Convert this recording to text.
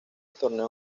torneo